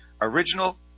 original